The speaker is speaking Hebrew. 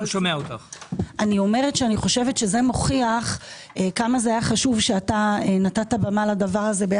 זה מוכיח כמה זה היה חשוב שאתה נתת במה לדבר הזה,